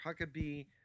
Huckabee